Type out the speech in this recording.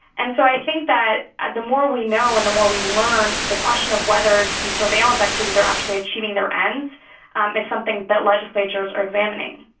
and so i think that ah the more we know and the more we learn, the question of whether these surveillance activities are actually achieving their ends um is something that legislatures are examining.